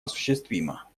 осуществима